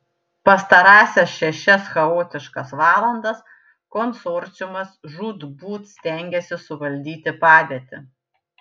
pastarąsias šešias chaotiškas valandas konsorciumas žūtbūt stengėsi suvaldyti padėtį